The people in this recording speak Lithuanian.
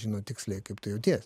žino tiksliai kaip tu jauties